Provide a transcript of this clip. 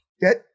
Get